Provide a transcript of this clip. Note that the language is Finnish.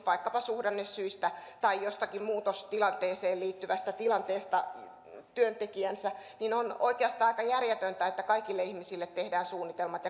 vaikkapa suhdannesyistä tai jossakin muutostilanteeseen liittyvässä tilanteessa työntekijänsä niin on oikeastaan aika järjetöntä että kaikille ihmisille tehdään suunnitelmat